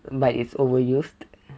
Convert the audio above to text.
but it's overused